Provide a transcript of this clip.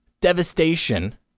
devastation